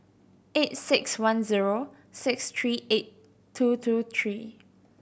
eight six one zero six three eight two two three